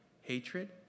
hatred